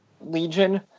Legion